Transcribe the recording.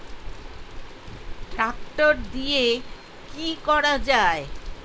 Tractor দিয়ে কি করা যায়?